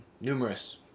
numerous